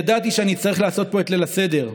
ידעתי שאני אצטרך לעשות פה את ליל הסדר,